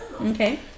Okay